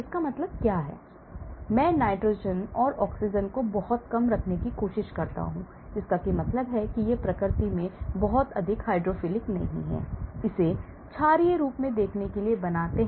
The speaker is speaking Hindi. इसका मतलब क्या है मैं नाइट्रोजन और ऑक्सीजन को बहुत कम रखने की कोशिश करता हूं जिसका मतलब है कि यह प्रकृति में बहुत अधिक हाइड्रोफिलिक नहीं है इसे क्षारीय रूप से देखने के लिए बनाते हैं